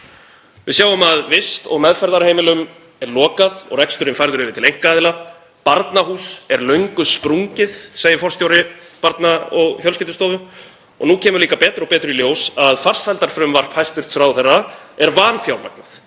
Við sjáum að vist- og meðferðarheimilum er lokað og reksturinn færður yfir til einkaaðila. Barnahús er löngu sprungið, segir forstjóri Barna- og fjölskyldustofu, og nú kemur betur og betur í ljós að farsældarfrumvarp hæstv. ráðherra er vanfjármagnað,